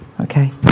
Okay